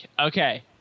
Okay